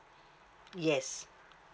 yes